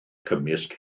cymysg